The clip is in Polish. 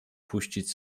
puścić